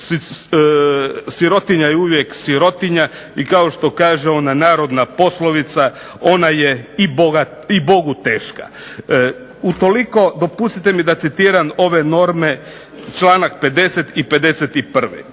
Sirotinja je uvijek sirotinja, i kao što kaže ona narodna poslovica, ona je i Bogu teška. Utoliko dopustite da citiram ove norme, članak 50. i 51.,